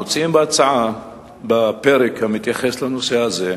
מוצאים בהצעה, בפרק המתייחס לנושא הזה,